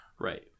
Right